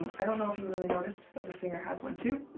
i don't know if you really noticed but the singer has one too.